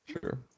Sure